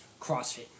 CrossFit